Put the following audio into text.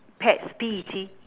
pets P E T